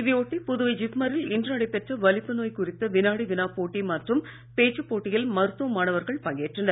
இதை ஒட்டி புதுவை ஜிப்மரில் இன்று நடைபெற்ற வலிப்பு நோய் குறித்த வினாடி வினா போட்டி மற்றும் பேச்சு போட்டியில் மருத்துவ மாணவர்கள் பங்கேற்றனர்